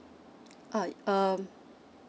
uh um